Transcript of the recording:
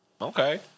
Okay